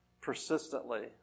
persistently